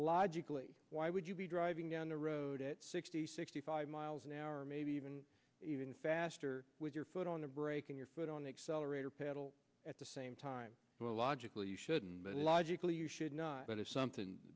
logically why would you be driving down the road at sixty sixty five miles an hour maybe even even faster with your foot on the braking your foot on the accelerator pedal at the same time the logical you shouldn't logically you should not but it's something